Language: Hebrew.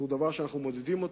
זה דבר שאנחנו מודדים,